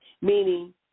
meaning